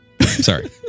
Sorry